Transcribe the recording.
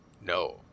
no